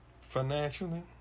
financially